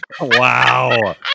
Wow